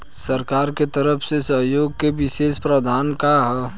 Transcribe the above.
सरकार के तरफ से सहयोग के विशेष प्रावधान का हई?